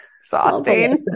exhausting